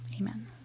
Amen